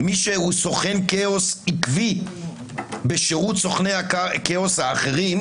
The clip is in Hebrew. מי שהוא סוכן כאוס עקבי בשירות סוכני הכאוס האחרים,